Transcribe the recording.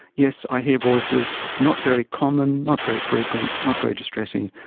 yes, i hear voices, not very common, not very frequent, not very distressing,